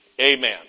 Amen